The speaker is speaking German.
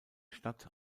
stadt